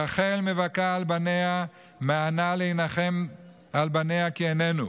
רחל מבכה על בניה מאנה להנחם על בניה כי איננו".